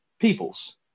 peoples